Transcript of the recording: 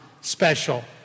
special